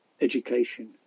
education